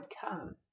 come